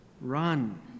Run